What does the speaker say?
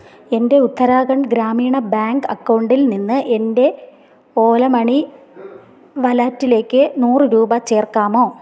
എൻ്റെ ഉത്തരാഖണ്ഡ് ഗ്രാമീണ ബാങ്ക് അക്കൗണ്ടിൽ നിന്ന് എൻ്റെ ഓല മണി വാലറ്റിലേക്ക് നൂറ് രൂപ ചേർക്കാമോ